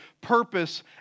purpose